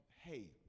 hey